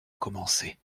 commencé